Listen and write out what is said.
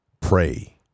Pray